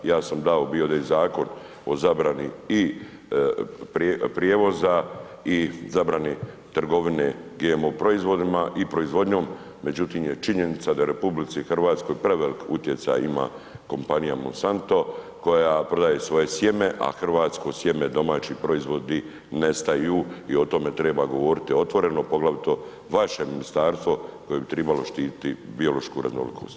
Ja sam dao bio ovdje i Zakon o zabrani i prijevoza i zabrane trgovine GMO proizvodima i proizvodnjom, međutim je činjenica da u RH prevelik utjecaj ima kompanija Monsanto koja prodaje svoje sjeme, a hrvatsko sjeme, domaći proizvodi nestaju i o tome treba govoriti otvoreno, poglavito vaše ministarstvo koje bi trebalo štititi biološku raznolikost.